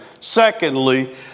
secondly